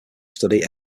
study